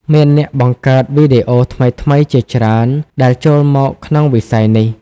មានអ្នកបង្កើតវីដេអូថ្មីៗជាច្រើនដែលចូលមកក្នុងវិស័យនេះ។